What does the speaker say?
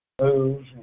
move